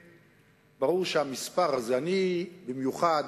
אני, במיוחד,